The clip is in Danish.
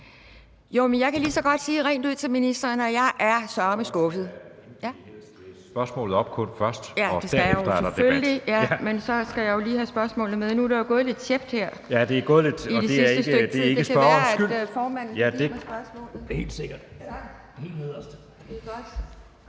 Jeg kan lige så godt sige rent ud til ministeren, at jeg søreme er skuffet